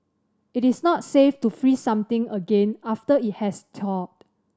it is not safe to freeze something again after it has thawed